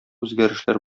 үзгәрешләр